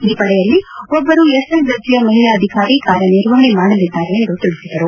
ಈ ಪಡೆಯಲ್ಲಿ ಒಬ್ಬರು ಎಸ್ ಐ ದರ್ಜೆಯ ಮಹಿಳಾ ಅಧಿಕಾರಿ ಕಾರ್ಯ ನಿರ್ವಹಣೆ ಮಾಡಲಿದ್ದಾರೆ ಎಂದು ತಿಳಿಸಿದರು